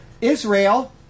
Israel